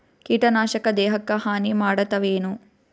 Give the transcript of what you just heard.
ಕೀಟನಾಶಕ ದೇಹಕ್ಕ ಹಾನಿ ಮಾಡತವೇನು?